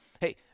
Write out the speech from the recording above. hey